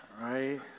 right